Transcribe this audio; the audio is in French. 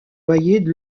voyaient